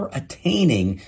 attaining